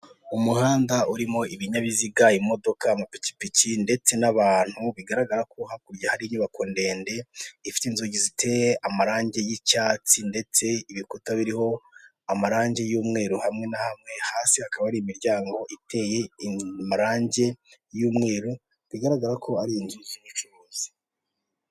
Umuhanda urimo ibinyabiziga, imodoka, amapikipiki, ndetse n'abantu. Bigaragara ko hakurya hari inyubako ndende, ifite inzugi ziteye amarange y'icyatsi ndetse ibikuta biriho amarangi y'umweru, hamwe na hamwe hasi hakaba hari imiryango iteye amarange y'umweru, bigaragara ko ari inzu z'ubucuruzi.